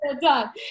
done